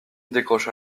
décrocha